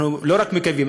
אנחנו לא רק מקווים,